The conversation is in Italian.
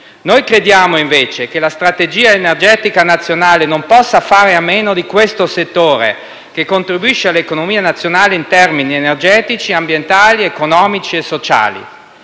Noi crediamo invece che la strategia energetica nazionale non possa fare a meno di questo settore che contribuisce all'economia nazionale in termini energetici, ambientali, economici e sociali.